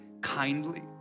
kindly